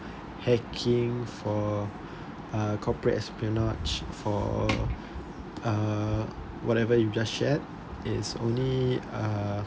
hacking for uh corporate espionage or uh whatever you've just shared is only uh